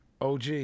OG